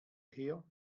her